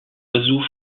oiseau